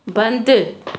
बंदि